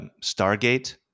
stargate